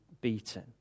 beaten